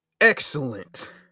Excellent